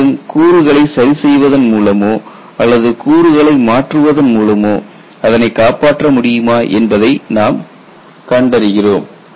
மேலும் கூறுகளை சரிசெய்வதன் மூலமோ அல்லது கூறுகளை மாற்றுவதன் மூலமோ அதனை காப்பாற்ற முடியுமா என்பதை நாம் கண்டிக்கிறோம்